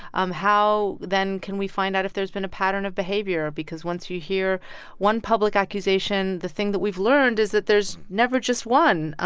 um how then can we find out if there's been a pattern of behavior? because once you hear one public accusation, the thing that we've learned is that there's never just one.